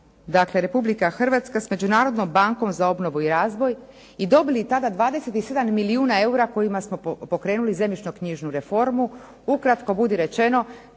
dakle Republika Hrvatska s Međunarodnom bankom za obnovu i razvoj i dobili tada 27 milijuna eura kojima smo pokrenuli zemljišno-knjižnu reformu, ukratko budi rečeno